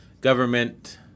government